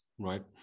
Right